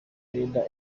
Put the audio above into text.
perezida